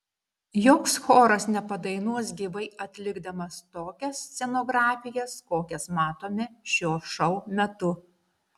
joks choras nepadainuos gyvai atlikdamas tokias scenografijas kokias matome šio šou metu